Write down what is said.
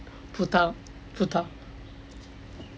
put out put out